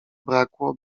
brakło